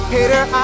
Hater